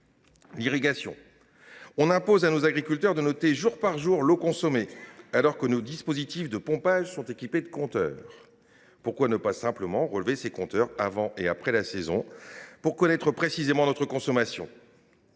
l’irrigation. On impose à nos agriculteurs de noter jour par jour l’eau consommée, alors que nos dispositifs de pompage sont équipés de compteurs. Pourquoi ne pas simplement relever ces compteurs avant et après la saison, pour connaître précisément la consommation ?